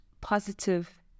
positive